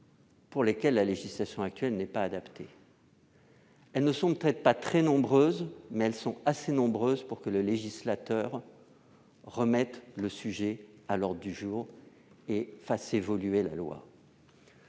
pour lesquels la législation actuelle n'est pas adaptée. Ils ne sont peut-être pas très nombreux, mais ils le sont suffisamment pour que le législateur remette le sujet à l'ordre du jour et fasse évoluer la loi.